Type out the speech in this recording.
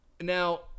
Now